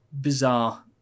bizarre